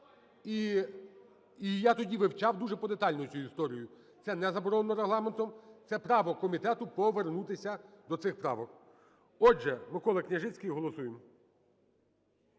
і я тоді вивчав дуже подетально цю історію. Це не заборонено Регламентом, це право комітету – повернутися до цих правок. Отже, Микола Княжицький – і голосуємо.